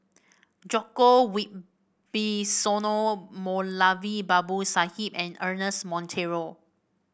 Djoko Wibisono Moulavi Babu Sahib and Ernest Monteiro